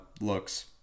looks